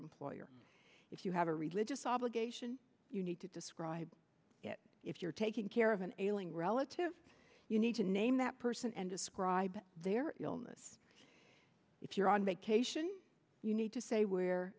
employer if you have a religious obligation you need to describe it if you're taking care of an ailing relative you need to name that person and describe their illness if you're on vacation you need to say where